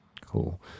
Cool